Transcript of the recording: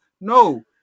No